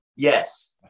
Yes